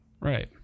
Right